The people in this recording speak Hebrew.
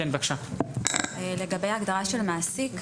לגבי ההגדרה של מעסיק,